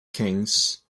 kings